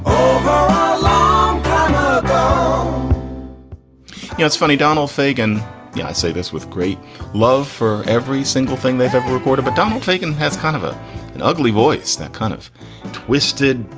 um you know it's funny, donald fagan, yeah i say this with great love for every single thing they've ever record of a donald lincoln has kind of ah an ugly voice that kind of twisted,